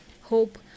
Hope